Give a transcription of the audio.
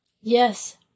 Yes